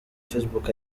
facebook